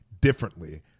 differently